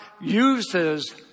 uses